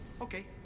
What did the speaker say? Okay